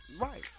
Right